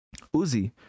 Uzi